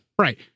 Right